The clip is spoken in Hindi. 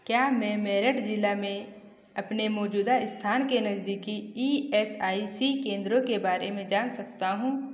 क्या मैं मेरठ ज़िला में अपने मौजूदा स्थान के नज़दीकी ई एस आई सी केंद्रों के बारे में जान सकता हूँ